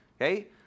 okay